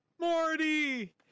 Morty